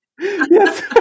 Yes